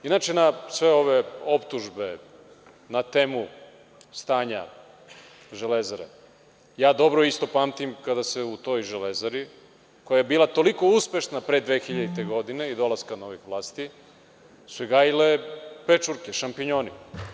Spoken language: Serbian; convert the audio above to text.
Inače, na sve ove optužbe na temu stanja „Železare“, ja dobro isto pamtim kada se u toj „Železari“, koja je bila toliko uspešna pre 2000. godine, i dolaska novih vlasti, su se gajile pečurke, šampinjoni.